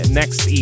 next